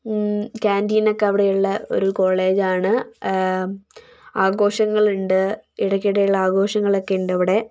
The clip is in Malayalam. ക്യാന്റീനൊക്കെ അവിടെ ഉള്ള ഒരു കോളേജ് ആണ് ആഘോഷങ്ങൾ ഉണ്ട് ഇടക്കിടെ ഉള്ള ആഘോഷങ്ങൾ ഒക്കെ ഉണ്ട് ഇവിടെ